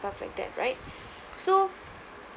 stuff like that right so